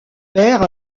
père